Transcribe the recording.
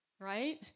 Right